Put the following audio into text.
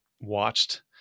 watched